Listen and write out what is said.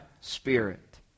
Spirit